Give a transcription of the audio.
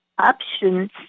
options